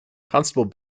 constable